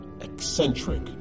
eccentric